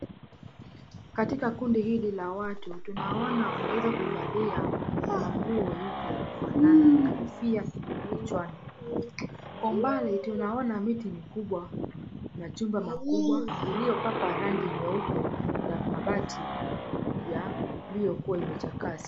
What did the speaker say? Katika kundi hili kubwa la watu tunaona wameweza manguo yake ya kufanyia kazi na kofia kichwani, kwa umbali tunaona miti mikubwa, majumba makubwa iliyopakwa rangi nyeupe na mabati iliyokuwa umechafuka.